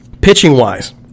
Pitching-wise